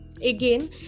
Again